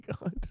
God